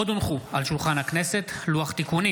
עוד הונח על שולחן הכנסת לוח תיקונים